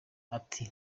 ati